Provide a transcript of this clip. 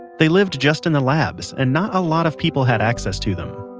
they lived just in the labs and not a lot of people had access to them.